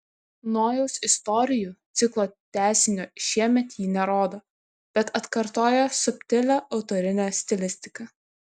nojaus istorijų ciklo tęsinio šiemet ji nerodo bet atkartoja subtilią autorinę stilistiką